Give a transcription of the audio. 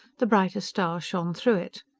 the brighter stars shone through it.